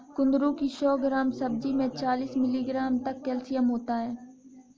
कुंदरू की सौ ग्राम सब्जी में चालीस मिलीग्राम तक कैल्शियम होता है